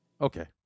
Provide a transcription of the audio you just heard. Okay